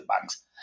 banks